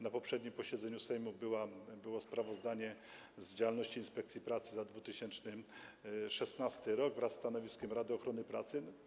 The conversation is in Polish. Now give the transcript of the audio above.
Na poprzednim posiedzeniu Sejmu było sprawozdanie z działalności inspekcji pracy za 2016 r. wraz ze stanowiskiem Rady Ochrony Pracy.